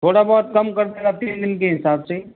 थोड़ा बहुत कम कर देना तीन दिन के हिसाब से